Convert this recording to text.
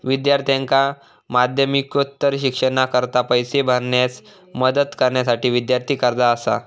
विद्यार्थ्यांका माध्यमिकोत्तर शिक्षणाकरता पैसो भरण्यास मदत करण्यासाठी विद्यार्थी कर्जा असा